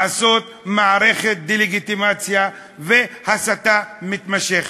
לעשות מערכת דה-לגיטימציה והסתה מתמשכת.